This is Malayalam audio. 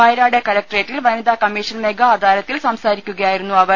വയനാട് കളക്ട്രേറ്റിൽ നടന്ന വനിതാ കമ്മീഷൻ മെഗാ അദാലത്തിൽ സംസാരിക്കുകയായിരുന്നു അവർ